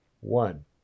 One